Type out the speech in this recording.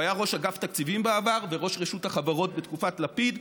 הוא היה ראש אגף תקציבים בעבר וראש רשות החברות בתקופת לפיד,